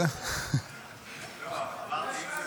--- אמרתי,